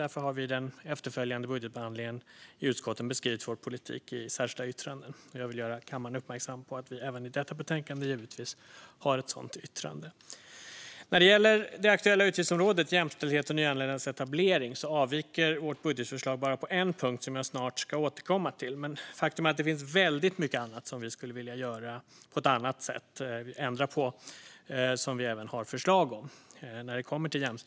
Därför har vi i den efterföljande budgetbehandlingen i utskotten beskrivit vår politik i särskilda yttranden. Jag vill göra kammaren uppmärksam på att vi även i detta betänkande givetvis har ett sådant yttrande. När det gäller det aktuella utgiftsområdet, Jämställdhet och nyanlända invandrares etablering, avviker vårt budgetförslag bara på en punkt, som jag snart ska återkomma till. Men faktum är att det när det kommer till jämställdhet och etablering finns väldigt mycket som vi skulle vilja göra på ett annat sätt - ändra på - och som vi även har förslag om.